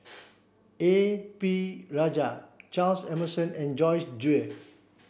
A P Rajah Charles Emmerson and Joyce Jue